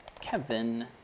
Kevin